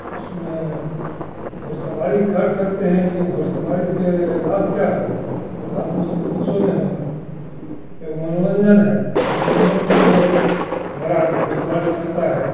उसमें घुड़सवारी कर सकते हैं लेकिन घुड़सवारी से लाभ क्या होगा लाभ तो उसमें कुछो ने होगा एक मनोरंजन है मनोरंजन के लिये लोग घोड़ा घुड़सवारी करता है